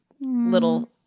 little